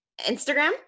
Instagram